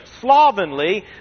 slovenly